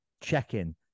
check-in